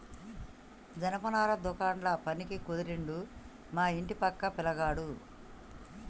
జనపనార దుకాండ్ల పనికి కుదిరిండు మా ఇంటి పక్క పిలగాడు